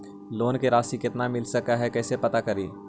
Loan के रासि कितना मिल सक है कैसे पता करी?